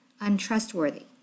untrustworthy